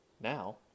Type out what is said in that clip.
now